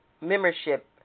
membership